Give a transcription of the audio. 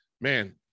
Man